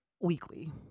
weekly